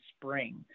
Spring